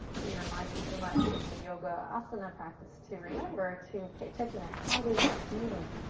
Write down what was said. be reminded too much in yoga asana practice to remember to pay attention to how does it feel?